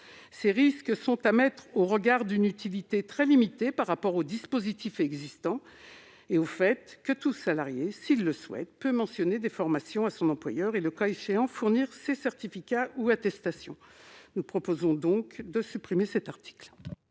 Ces risques sont à mettre en regard d'une utilité très limitée par rapport aux dispositifs existants : tout salarié, s'il le souhaite, peut d'ores et déjà mentionner des formations à son employeur et, le cas échéant, fournir ses certificats ou attestations. Nous proposons donc de supprimer cet article.